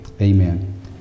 Amen